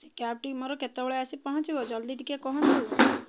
ସେ କ୍ୟାବ୍ଟି ମୋର କେତେବେଳେ ଆସି ପହଞ୍ଚିବ ଜଲ୍ଦି ଟିକିଏ କୁହନ୍ତୁ